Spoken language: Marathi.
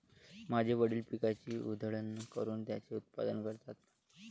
माझे वडील पिकाची उधळण करून त्याचे उत्पादन करतात